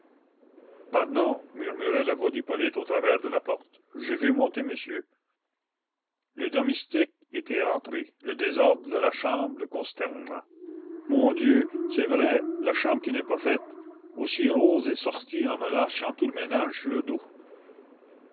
murmura la voix d'hippolyte au travers de la porte j'ai vu monter monsieur le domestique était entré le désordre de la chambre le consterna mon dieu c'est vrai la chambre qui n'est pas faite aussi rose est sortie en me lâchant tout le ménage sur le dos